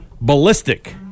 Ballistic